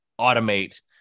automate